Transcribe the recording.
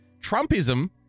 Trumpism